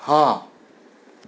હા